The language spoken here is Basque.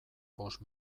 bost